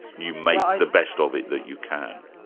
you make the best of it that you can.